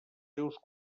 seus